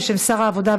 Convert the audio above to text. בשם שר העבודה,